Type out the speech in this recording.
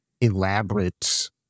elaborate